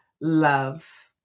love